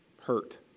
hurt